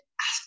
ask